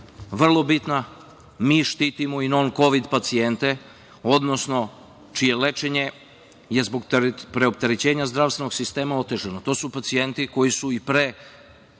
vrlo bitna, mi štitimo i nonkovid pacijente, odnosno čije je lečenje zbog preopterećenja zdravstvenog sistema otežano. To su pacijenti koji su i pre